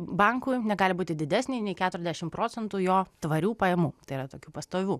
bankui negali būti didesnė nei keturiasdešimt procentų jo tvarių pajamų tai yra tokių pastovių